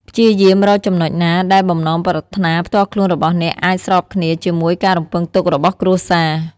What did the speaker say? ព្យាយាមរកចំណុចណាដែលបំណងប្រាថ្នាផ្ទាល់ខ្លួនរបស់អ្នកអាច ស្របគ្នា ជាមួយការរំពឹងទុករបស់គ្រួសារ។